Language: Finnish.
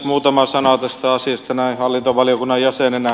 muutama sana tästä asiasta näin hallintovaliokunnan jäsenenä